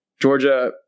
Georgia